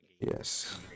Yes